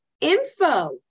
Info